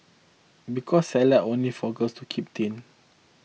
because Salad only for girls to keep thin